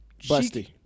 Busty